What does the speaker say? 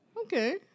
Okay